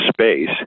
space